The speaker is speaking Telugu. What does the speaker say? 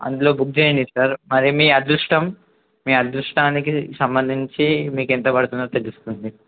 అందులో బుక్ చేయండి సార్ మరి మీ అదృష్టం మీ అదృష్టానికి సంబంధించి మీకెంత పడుతుందో తెలుస్తుంది